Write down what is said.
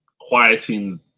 quieting